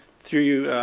through you,